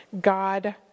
God